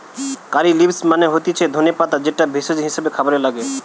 কারী leaves মানে হতিছে ধনে পাতা যেটা ভেষজ হিসেবে খাবারে লাগে